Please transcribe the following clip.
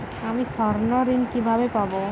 আমি স্বর্ণঋণ কিভাবে পাবো?